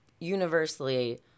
universally